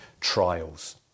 trials